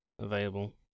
available